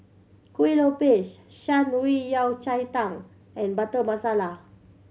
Kuih Lopes Shan Rui Yao Cai Tang and Butter Masala